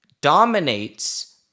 dominates